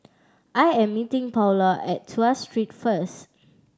I am meeting Paola at Tuas Street first